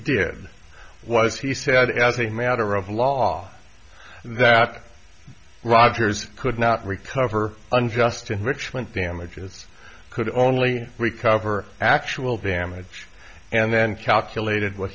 did was he said as a matter of law that rogers could not recover unjust enrichment damages could only we cover actual damage and then calculated wh